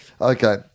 Okay